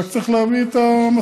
רק צריך להביא את המסארי,